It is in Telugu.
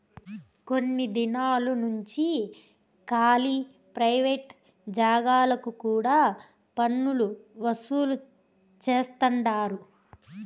కొన్ని దినాలు నుంచి కాలీ ప్రైవేట్ జాగాలకు కూడా పన్నులు వసూలు చేస్తండారు